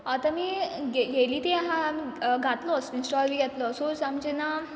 आतां आमी घे घेयली तीं आहा घातलो इंस्टोल बी घेतलो सो आमी जेन्ना